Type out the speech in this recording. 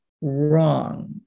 wrong